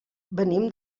venim